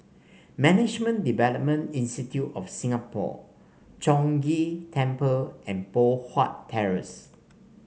Management Development Institute of Singapore Chong Ghee Temple and Poh Huat Terrace